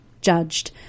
judged